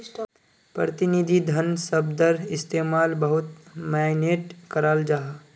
प्रतिनिधि धन शब्दर इस्तेमाल बहुत माय्नेट कराल जाहा